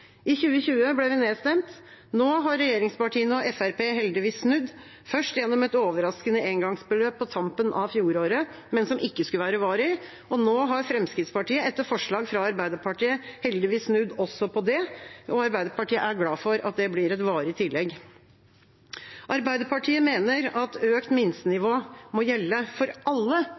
I 2020 ble vi nedstemt. Nå har regjeringspartiene og Fremskrittspartiet heldigvis snudd – først gjennom et overraskende engangsbeløp på tampen av fjoråret, men som ikke skulle være varig, og nå har Fremskrittspartiet, etter forslag fra Arbeiderpartiet, heldigvis snudd også på det. Arbeiderpartiet er glad for at det blir et varig tillegg. Arbeiderpartiet mener at økt minstenivå må gjelde for alle